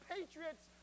Patriots